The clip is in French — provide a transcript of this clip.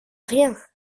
rien